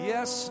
Yes